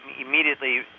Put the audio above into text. immediately